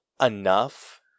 enough